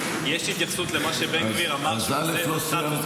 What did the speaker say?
יש התייחסות למה שבן גביר אמר שהוא --- את הסטטוס קוו?